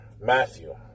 Matthew